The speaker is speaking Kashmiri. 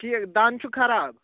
ٹھیٖک دَند چھُ خراب